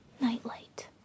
Nightlight